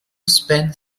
spent